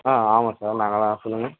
ஆ ஆமாம் சார் நாங்கள் தான் சொல்லுங்கள்